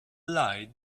lie